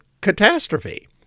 catastrophe